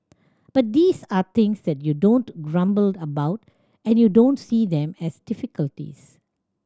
but these are things that you don't grumble about and you don't see them as difficulties